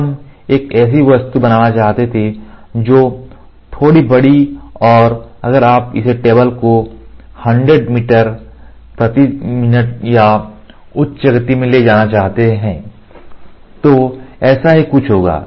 जब हम एक ऐसी वस्तु बनाना चाहते थे जो थोड़ी बड़ी हो और अगर आप इस टेबल को 100 मीटर प्रति मिनट या उच्च गति में ले जाना चाहते हैं तो ऐसा ही कुछ होगा